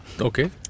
Okay